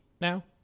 now